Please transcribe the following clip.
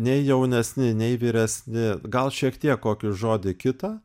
nei jaunesni nei vyresni gal šiek tiek kokį žodį kitą